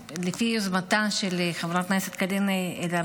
לפי יוזמתה של חברת הכנסת קארין אלהרר,